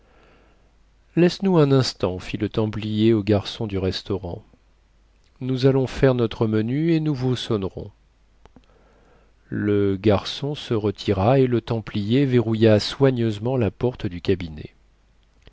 laisse-nous un instant fit le templier au garçon du restaurant nous allons faire notre menu et nous vous sonnerons le garçon se retira et le templier verrouilla soigneusement la porte du cabinet